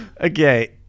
Okay